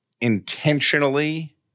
intentionally